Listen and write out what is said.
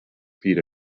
feet